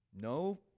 No